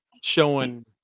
showing